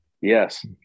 Yes